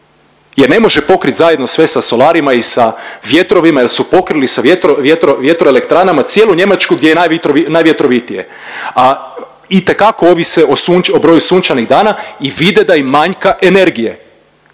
jer ne može pokrit zajedno sve sa solarima i sa vjetrovima jer su pokrili sa vjetro… vjetroelektranama cijelu Njemačku gdje je najvjetrovitije, a itekako ovise o sunč… o broju sunčanih dana i vide da im manjka energije.